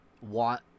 want